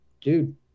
Dude